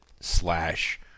Slash